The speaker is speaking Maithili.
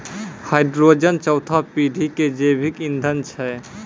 हाइड्रोजन चौथा पीढ़ी के जैविक ईंधन छै